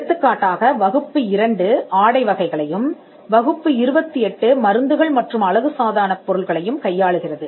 எடுத்துக்காட்டாக வகுப்பு 2 ஆடை வகைகளையும் வகுப்பு 28 மருந்துகள் மற்றும் அழகு சாதனப் பொருட்களையும் கையாளுகிறது